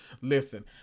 Listen